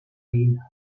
eginda